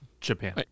Japan